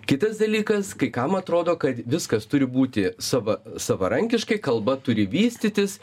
kitas dalykas kai kam atrodo kad viskas turi būti sava savarankiškai kalba turi vystytis